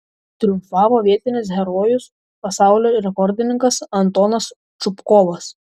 triumfavo vietinis herojus pasaulio rekordininkas antonas čupkovas